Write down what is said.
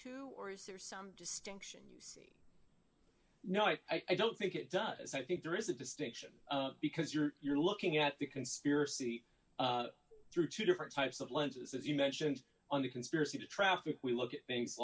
too or is there some distinction you no i don't think it does i think there is a distinction because you're you're looking at the conspiracy through two different types of lenses as you mentioned on the conspiracy to traffic we look at things